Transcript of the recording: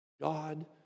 God